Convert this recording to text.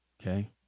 okay